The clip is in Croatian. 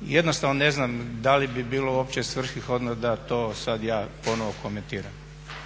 Jednostavno ne znam da li bi bilo uopće svrsishodno da to sad ja ponovno komentiram.